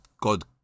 God